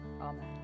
Amen